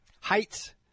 heights